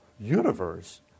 universe